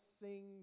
sing